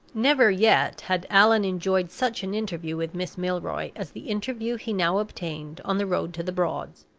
never yet had allan enjoyed such an interview with miss milroy as the interview he now obtained on the road to the broads.